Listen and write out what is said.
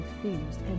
confused